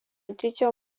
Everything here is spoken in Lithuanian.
didžiojo